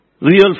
Real